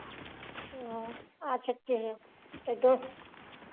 अच्छा चलो तो दो